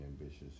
ambitious